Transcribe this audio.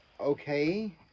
Okay